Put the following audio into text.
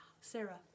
Sarah